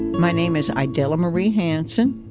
my name is idella marie hansen